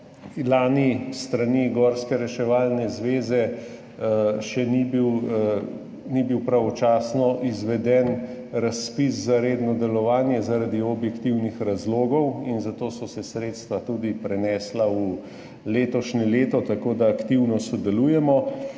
– lani s strani Gorske reševalne zveze še ni bil pravočasno izveden razpis za redno delovanje zaradi objektivnih razlogov in zato so se sredstva tudi prenesla v letošnje leto, tako da aktivno sodelujemo.